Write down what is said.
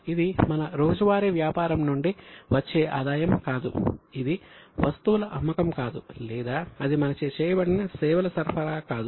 ఇది మన రోజువారీ వ్యాపారం నుండి వచ్చే ఆదాయం కాదు ఇది వస్తువుల అమ్మకం కాదు లేదా అది మనచే చేయబడిన సేవల సరఫరా కాదు